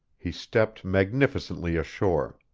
he stepped magnificently ashore.